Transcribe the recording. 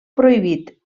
prohibit